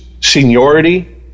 seniority